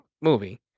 movie